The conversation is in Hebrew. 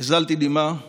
הזלתי דמעה ובכיתי.